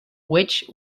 which